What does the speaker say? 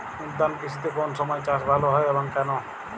উদ্যান কৃষিতে কোন সময় চাষ ভালো হয় এবং কেনো?